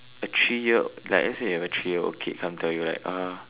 a three year like lets say you have a three year old kid come to you like uh